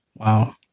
Wow